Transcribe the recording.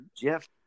jeff